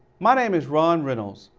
my name is ron reynolds,